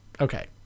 Okay